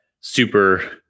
super